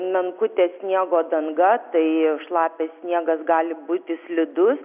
menkutė sniego danga tai šlapias sniegas gali būti slidus